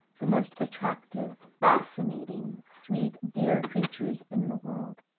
the most attractive, fascinating, sweet, dear creatures in the world.